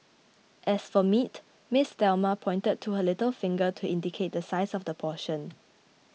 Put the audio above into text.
as for meat Ms Thelma pointed to her little finger to indicate the size of the portion